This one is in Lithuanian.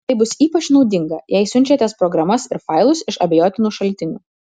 tai bus ypač naudinga jei siunčiatės programas ir failus iš abejotinų šaltinių